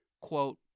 quote